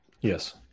yes